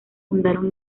fundaron